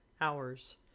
hours